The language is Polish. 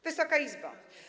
Wysoka Izbo!